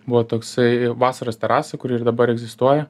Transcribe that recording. buvo toksai vasaros terasa kuri ir dabar egzistuoja